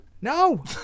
No